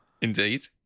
Indeed